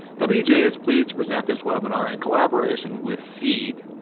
wga is pleased to present this webinar in collaboration with seed,